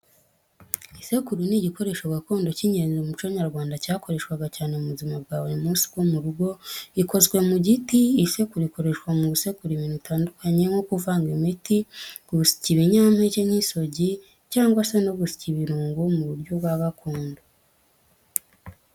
Isekuru ni igikoresho gakondo cy'ingenzi mu muco nyarwanda, cyakoreshwaga cyane mu buzima bwa buri munsi bwo mu rugo. Ikozwe mu giti, isekuru ikoreshwa mu gusekura ibintu bitandukanye nko kuvanga imiti, gusya ibinyampeke nk’isogi, cyangwa se no gusya ibirungo mu buryo bwa gakondo.